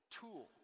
tool